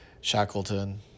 Shackleton